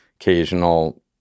occasional